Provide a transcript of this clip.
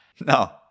No